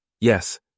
Yes